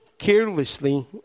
carelessly